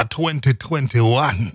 2021